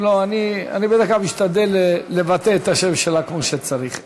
אני בדרך כלל משתדל לבטא את השם שלה כמו שצריך.